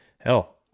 hell